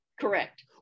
Correct